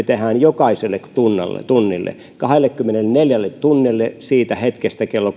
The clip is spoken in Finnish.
tehdään jokaiselle tunnille tunnille kahdellekymmenelleneljälle tunnille siitä hetkestä kello